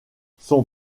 son